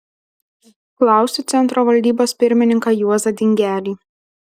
klausiu centro valdybos pirmininką juozą dingelį